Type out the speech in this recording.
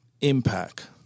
impact